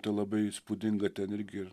tai labai įspūdinga ten irgi